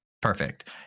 Perfect